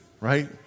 right